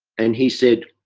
and he said,